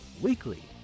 weekly